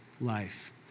life